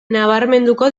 nabarmenduko